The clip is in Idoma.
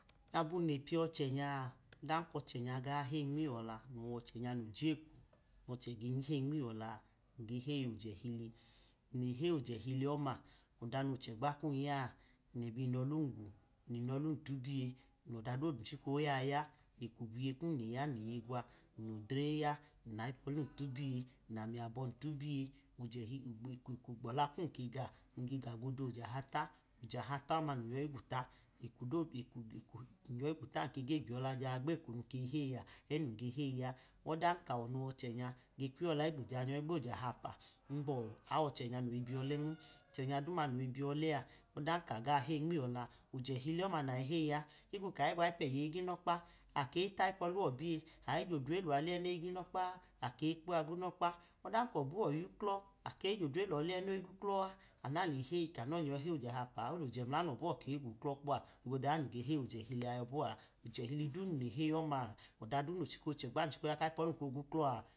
Abum le piyọchenya a ọchẹnya ga heyi nmiyọla, nwọchọnya no jeko, nọche, ge heyi nmiyola a, nge heyi oje chili, nle heyi oje elili ọma ọda num chagba kum yaa nlẹbẹ inu ọlum gmu, nle’nu olun tubije lọda dodu num chika oya ya, eko gwiye kum yan hinje gwa, n lodre ya, n layi polum tubiye n lami abọyi tubiye, eko gbọla kum kega, nge ga godo oje ahala, oje ahala ọma n-nyọyi gwula, nga gwuta o̱ma, nga gbiyọla ja-a gbeko mun ge heyi a e num ge heyi a, ọdan kawọ nowẹ ọchonya kwuiyola gbo ja nyọyi gbo oje ahapa, n bọ, awọchẹnya noyi biyọ tem, ọchenya duma noyi biyole adan ka gaheyi nmiyọla, oje ẹhili ọma naji heyi a higbo kaje gwu ayipẹ iye igunọkpa, akeyi tayi ipuọlọ biye, ayije odre luwa le ẹ negunokpa, ọdan kobuwọ iyuklọ, akeyi je dre họ le e moyi guklọ a, anu na leheyi nọbọ ke gu klọ kpọ a, ọda moya num ge heyi oje ẹhihi e ya bọ a, oje ẹhihi du nunle heyi ọma ọdadu nochegba nun chika ya kayi ipu olum ko guklọa.